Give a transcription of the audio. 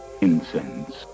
Incense